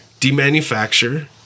demanufacture